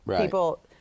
people